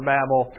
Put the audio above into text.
Babel